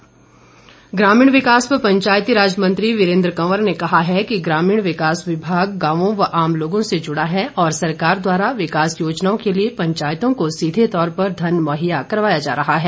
वीरेन्द्र कंवर ग्रामीण विकास व पंचायतीराज मंत्री वीरेन्द्र कंवर ने कहा है कि ग्रामीण विकास विभाग गांवों और आम लोगों से जुड़ा है और सरकार द्वारा विकास योजनाओं के लिए पंचायतों को सीधे तौर पर धन मुहैया करवाया जा रहा है